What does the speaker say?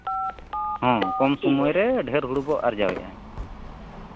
ᱦᱮᱸ ᱠᱚᱢ ᱥᱚᱢᱚᱭ ᱨᱮ ᱰᱷᱮᱹᱨ ᱦᱩᱲᱩ ᱵᱚᱱ ᱟᱨᱡᱟᱣᱮᱫᱼᱟ